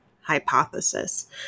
hypothesis